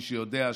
מי שיודע,